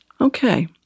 Okay